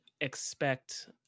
expect